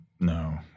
No